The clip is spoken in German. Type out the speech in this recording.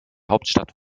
hauptstadt